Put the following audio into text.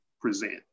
present